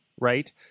Right